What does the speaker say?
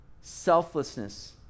selflessness